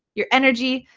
your energy,